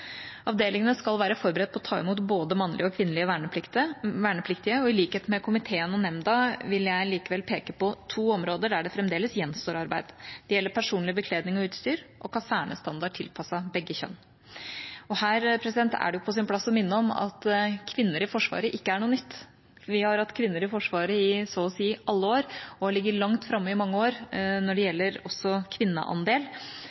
Avdelingene skal være forberedt på å ta imot både mannlige og kvinnelige vernepliktige. I likhet med komiteen og nemnda vil jeg likevel peke på to områder der det fremdeles gjenstår arbeid. Det gjelder personlig bekledning og utrustning og kasernestandard tilpasset begge kjønn. Her er det på sin plass å minne om at kvinner i Forsvaret ikke er noe nytt. Vi har hatt kvinner i Forsvaret i så å si alle år og har ligget langt framme i mange år også når det